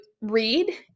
read